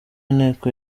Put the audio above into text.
inteko